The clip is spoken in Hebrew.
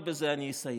ובזה אני אסיים.